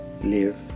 live